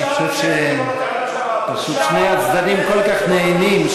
אני חושב שפשוט שני הצדדים כל כך נהנים,